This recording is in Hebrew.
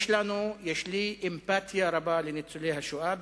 יש לי אמפתיה רבה לניצולי השואה,